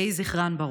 יהי זכרן ברוך.